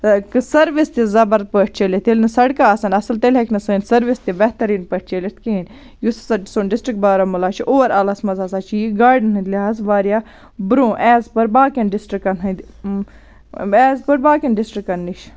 service تہِ زَبر پٲٹھۍ چٔلِتھ ییٚلہِ نہٕ سڑکہٕ آسَن اَصٕل تیٚلہِ ہیٚکہِ نہٕ سٲنۍ سٔروِس تہِ بہتریٖن پٲٹھۍ چٔلِتھ کِہیٖنۍ یُس ہَسا سون ڈِسٹِرٛک بارہمولہ چھُ اُوَر آلَس منٛز ہَسا چھِ یہِ گاڑٮ۪ن ہٕنٛدۍ لِحاظ واریاہ برٛونٛہہ ایز پٔر باقیَن ڈِسٹِرکَن ہٕنٛدۍ ایز پٔر باقیَن ڈِسٹِرکَن نِش